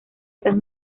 esas